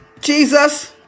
Jesus